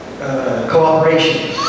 cooperation